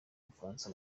bufaransa